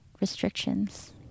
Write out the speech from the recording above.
restrictions